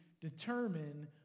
determine